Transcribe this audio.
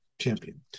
champion